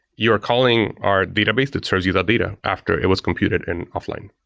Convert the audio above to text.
you're calling our database that serves you that data after it was computed and offline.